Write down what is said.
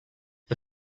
the